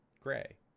gray